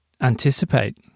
anticipate